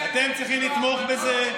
אתם צריכים לתמוך בזה.